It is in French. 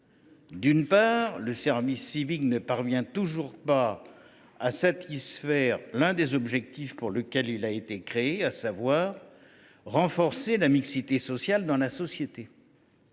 Premièrement, le service civique ne parvient toujours pas à satisfaire l’un des objectifs pour lesquels il a été créé, à savoir renforcer la mixité sociale dans la société.